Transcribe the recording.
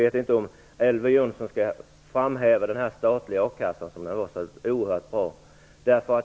Jag undrar om Elver Jonsson bör framhålla den statliga a-kassan som så oerhört bra.